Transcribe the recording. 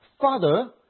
Father